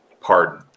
pardon